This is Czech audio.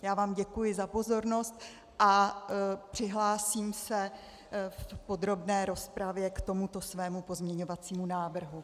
Já vám děkuji za pozornost a přihlásím se v podrobné rozpravě k tomuto svému pozměňovacímu návrhu.